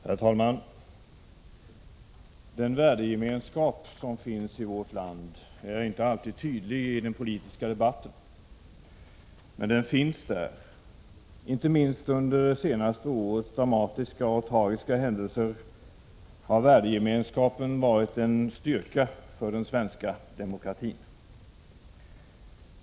Herr talman! Den värdegemenskap som finns i vårt land är inte alltid tydlig i den politiska debatten. Men den finns där. Inte minst under det senaste årets dramatiska och tragiska händelser har värdegemenskapen varit en styrka för den svenska demokratin.